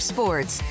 Sports